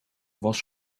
was